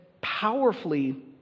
powerfully